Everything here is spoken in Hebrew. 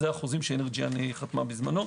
זה החוזים שאנרג'יאן חתמה בזמנו.